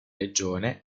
legione